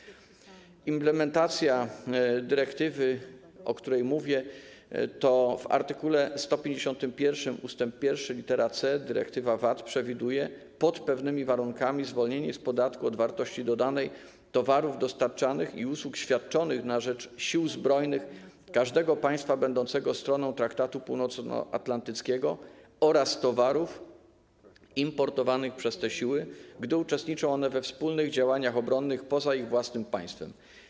Jeśli chodzi o implementację dyrektywy, o której mówię, to w art. 151 ust. 1 lit. c dyrektywa VAT przewiduje - pod pewnymi warunkami - zwolnienie z podatku od wartości dodanej towarów dostarczanych i usług świadczonych na rzecz sił zbrojnych każdego państwa będącego stroną Traktatu Północnoatlantyckiego oraz towarów importowanych przez te siły, gdy uczestniczą one we wspólnych działaniach obronnych poza ich własnym państwem.